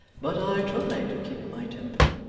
but i try to keep my temper